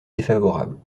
défavorable